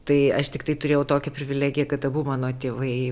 tai aš tiktai turėjau tokią privilegiją kad abu mano tėvai